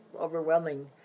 overwhelming